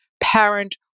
parent